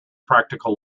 practical